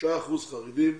3 אחוזים הם חרדים,